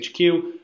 HQ